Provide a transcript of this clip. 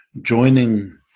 joining